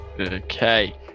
Okay